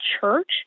church